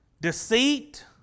deceit